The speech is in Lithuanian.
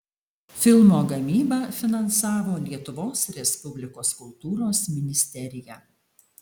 filmo gamybą finansavo lietuvos respublikos kultūros ministerija